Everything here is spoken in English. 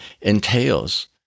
entails